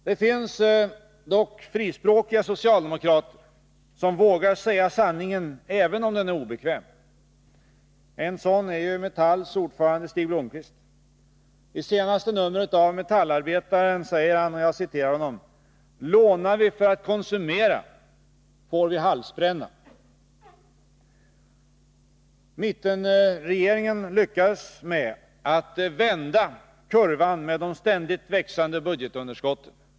Det finns dock frispråkiga socialdemokrater som vågar säga sanningen även om den är obekväm. En sådan är Metalls ordförande Leif Blomberg. I senaste numret av Metallarbetaren säger han: Lånar vi för att konsumera får vi halsbränna. Mittenregeringen lyckades med att vända kurvan med de ständigt växande budgetunderskotten.